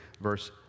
verse